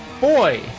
boy